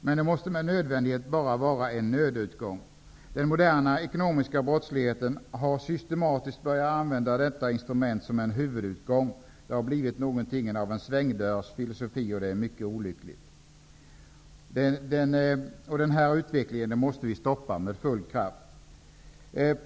Men det måste med nödvändighet bara vara en nödutgång. Den moderna ekonomiska brottsligheten har systematiskt börjat använda detta instrument som en huvudutgång. Det har blivit något av en svängdörrsfilosofi, och det är mycket olyckligt. Den utvecklingen måste stoppas med full kraft.